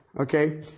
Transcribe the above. Okay